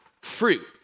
fruit